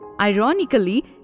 Ironically